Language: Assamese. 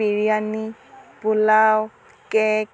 বিৰিয়ানী পোলাও কেক